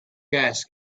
gas